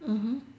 mmhmm